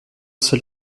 seul